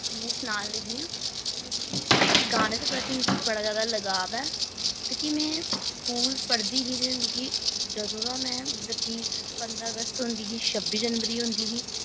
में सनान लगी आं मिगी मतलब कि गाने दे प्रति मिगी बड़ा ज्यादा लगाव ऐ मतलब कि में स्कूल पढ़दी ही ते मिगी जदूं दा में मतलब कि पंदरां अगस्त होंदी ही छब्बी जनबरी होंदी ही